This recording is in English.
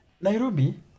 Nairobi